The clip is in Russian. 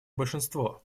большинство